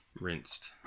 rinsed